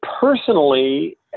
personally